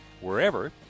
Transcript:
wherever